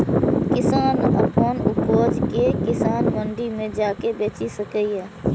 किसान अपन उपज कें किसान मंडी मे जाके बेचि सकैए